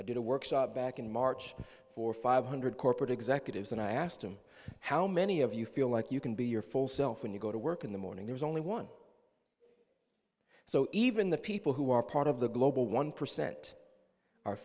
i did a workshop back in march for five hundred corporate executives and i asked them how many of you feel like you can be your full self when you go to work in the morning there is only one so even the people who are part of the global one percent are